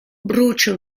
brucia